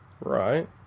Right